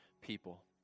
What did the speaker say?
people